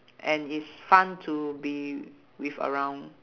and is fun to be with around